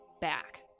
back